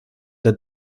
der